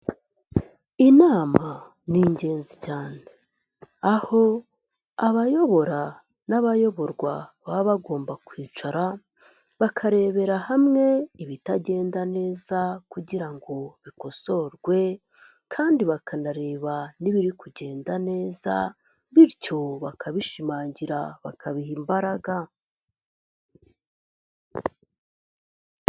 Inama ni ingenzi cyane, aho abayobora n'abayoborwa baba bagomba kwicara, bakarebera hamwe ibitagenda neza kugira ngo bikosorwe kandi bakanareba n'ibiri kugenda neza, bityo bakabishimangira bakabiha imbaraga.